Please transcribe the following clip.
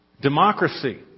Democracy